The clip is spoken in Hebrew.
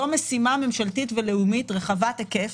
זו משימה ממשלתית ולאומית רחבת היקף,